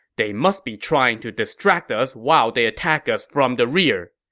they must be trying to distract us while they attack us from the rear.